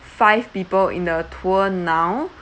five people in the tour now